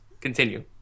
Continue